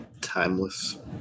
Timeless